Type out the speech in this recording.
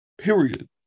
period